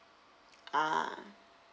ah